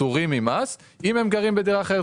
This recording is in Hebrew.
פטורים ממס אם הם גרים בדירה אחרת.